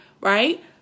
Right